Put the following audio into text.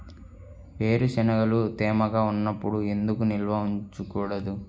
వేరుశనగలు తేమగా ఉన్నప్పుడు ఎందుకు నిల్వ ఉంచకూడదు?